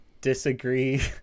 disagree